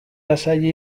lasai